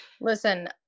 Listen